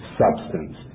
substance